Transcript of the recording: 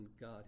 God